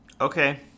Okay